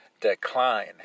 decline